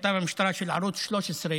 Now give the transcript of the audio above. כתב המשטרה של ערוץ 13,